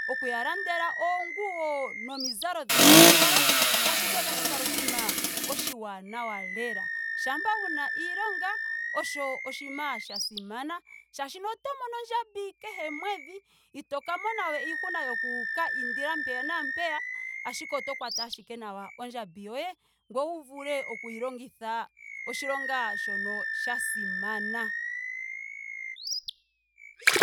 Okuya landela oonguwo nomizalo dhokoskola. tashiti otashi kala oshinima oshaanawa lela. Shampa una iilonga osho oshinima sha simana molwaashoka oto mono ondjambi kehe omwedhi. ito ka mona weiihuna yoku ka indila mpeya naampeya. ashike oto kwata ashike nawa ondjambi yoye ngweye wu vule okuyi longitha oshilonga shono sha simana